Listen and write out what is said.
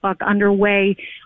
underway